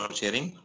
sharing